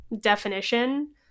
definition